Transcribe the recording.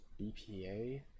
BPA